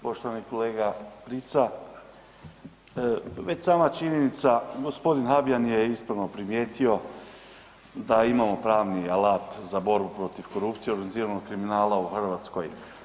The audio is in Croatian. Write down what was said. Poštovani kolega Prica, već sama činjenica, gospodin Habijan je ispravno primijetio da imamo pravni alat za borbu protiv korupcije i organiziranog kriminala u Hrvatskoj.